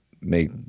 make